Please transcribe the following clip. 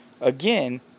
Again